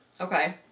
Okay